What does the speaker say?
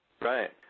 Right